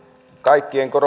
kaikkien